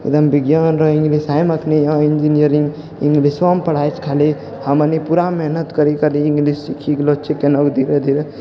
एकदम बिज्ञान रऽ इङ्ग्लिश मे अखन यऽ इन्जीनियरिंग इङ्ग्लिश मे पढ़ाइ खाली हमनी पूरा मेहनत करि के इङ्ग्लिश सीखि गेलौ छियै केनाहुँ धीरे धीरे